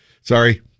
Sorry